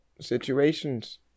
situations